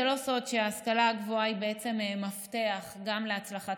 זה לא סוד שההשכלה הגבוהה היא מפתח גם להצלחת